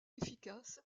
efficace